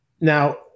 now